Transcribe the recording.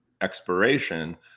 expiration